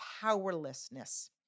powerlessness